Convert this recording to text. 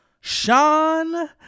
Sean